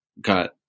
got